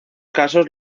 casos